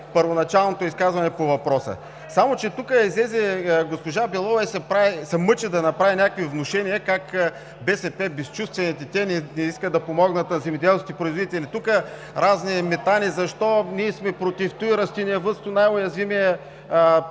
първоначалното изказване по въпроса. Само че тук излезе госпожа Белова и се мъчи да направи някакви внушения как БСП безчувствените не искат да помогнат на земеделските производители, а тук разни метани – защо ние сме против това растениевъдството, най-уязвимият отрасъл,